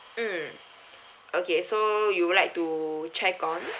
mm okay so you would like to check on